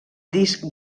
disc